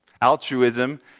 Altruism